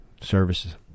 services